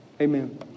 amen